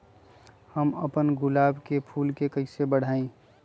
हम अपना गुलाब के फूल के कईसे बढ़ाई?